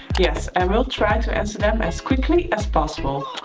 yes, and we'll try to answer them as quickly as possible.